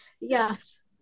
yes